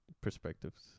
perspectives